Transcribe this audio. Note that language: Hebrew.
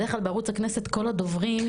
בדרך כלל בערוץ הכנסת כל הדוברים,